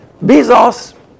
Bezos